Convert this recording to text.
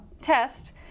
test